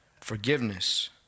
Forgiveness